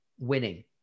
winning